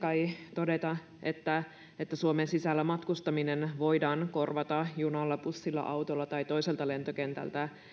todeta että että suomen sisällä matkustaminen voidaan korvata junalla bussilla autolla tai toiselta lentokentältä